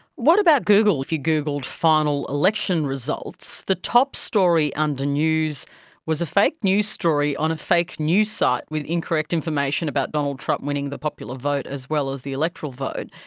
what about google, if you googled final election results, the top story under news was a fake news story on a fake news site with incorrect information about donald trump winning the popular vote as well as the electoral vote,